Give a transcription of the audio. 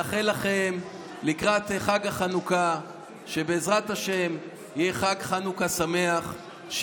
לאחל לכם לקראת חג החנוכה שבעזרת השם יהיה חג חנוכה שמח.